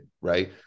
right